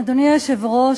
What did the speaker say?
אדוני היושב-ראש,